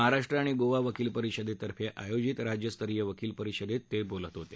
महाराष्ट्र आणि गोवा वकील परिषदेतर्फ आयोजित राज्यस्तरीय वकील परिषदेत ते बोलत होते